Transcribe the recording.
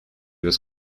was